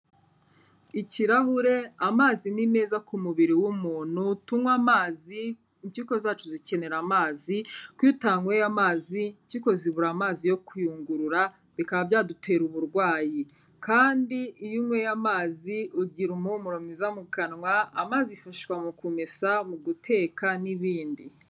Ikirahure, amazi ni meza ku mubiri w'umuntu, tunywe amazi impyiko zacu zikenera amazi, kuko iyo utanyweye amazi impyiko zibura amazi yo kuyungurura bikaba byadutera uburwayi, kandi iyo unyweye amazi ugira umuhumuro mwiza mu kanwa. Amazi yifashishwa mu kumesa, mu guteka n'ibindi.